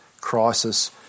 crisis